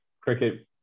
cricket